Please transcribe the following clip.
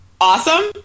awesome